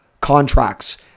contracts